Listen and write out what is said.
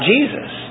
Jesus